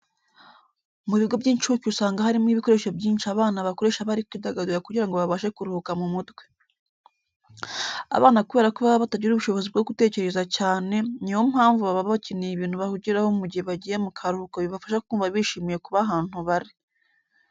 Mu bigo by'incuke usanga harimo ibikoresho byinshi abana bakoresha bari kwidagadura kugira babashe kuruhuka mu mutwe. Abana kubera ko baba bataragira ubushobozi bwo gutekereza cyane, niyo mpamvu baba bakeneye ibintu bahugiraho mu gihe bagiye mu karuhuko bibafasha kumva bishyimiye kuba ahantu bari.